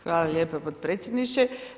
Hvala lijepo potpredsjedniče.